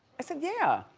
i said yeah.